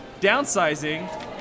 Downsizing